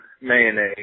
mayonnaise